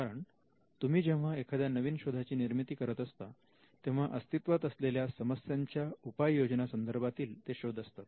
कारण तुम्ही जेव्हा एखाद्या नवीन शोधाची निर्मिती करत असता तेव्हा अस्तित्वात असलेल्या समस्यांच्या उपाय योजना संदर्भातील ते शोध असतात